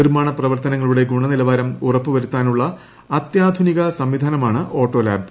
നിർമ്മാണ പ്രവർത്തനങ്ങളുടെ ഗുണനിലവാരം ഉറപ്പുവരുത്താനുള്ള അത്യാന്താധുനിക സംവിധാനമാണ് ഓട്ടോ ലാബ്